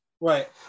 right